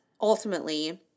ultimately